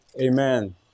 amen